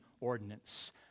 ordinance